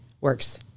Works